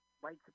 white